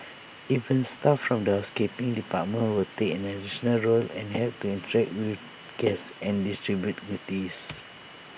even staff from the housekeeping department will take on additional roles and help to interact with guests and distribute goodies